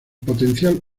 potencial